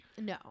No